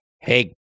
Hey